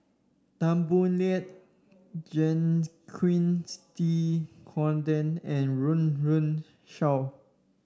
Tan Boo Liat Jacques De Coutre and Run Run Shaw